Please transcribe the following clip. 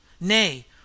nay